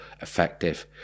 Effective